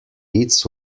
its